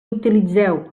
utilitzeu